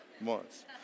months